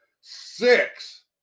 six